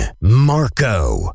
Marco